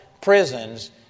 prisons